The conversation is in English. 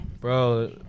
Bro